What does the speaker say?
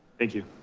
thank you.